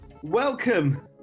Welcome